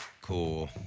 cool